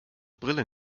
brille